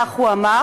כך הוא אמר,